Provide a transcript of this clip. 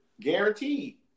Guaranteed